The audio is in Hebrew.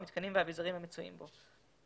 והמיתקנים והאביזרים המצויים בו,